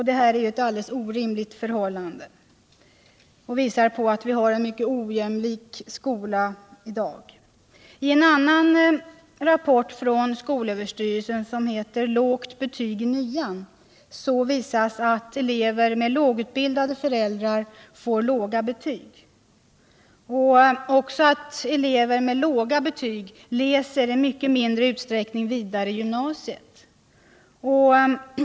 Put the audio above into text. Detta är ett alldeles orimligt förhållande och visar att vi har en mycket ojämlik skola i dag. I en annan rapport från skolöverstyrelsen, som heter Lågt betyg i9:an, visas att elever med lågutbildade föräldrar får låga betyg och att elever med låga betyg i mycket mindre utsträckning läser vidare i gymnasiet.